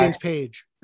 page